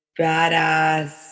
badass